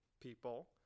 people